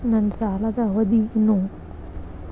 ನನ್ನ ಸಾಲದ ಅವಧಿ ಏನು?